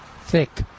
thick